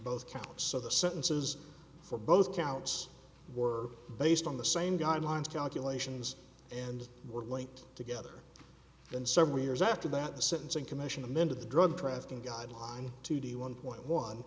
both counts so the sentences for both counts were based on the same guidelines calculations and were linked together in several years after that the sentencing commission them into the drug trafficking guideline to the one point one